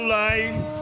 life